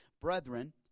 Brethren